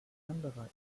anderer